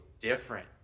different